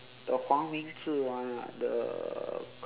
the ��f_�:huang ming zhi one ah the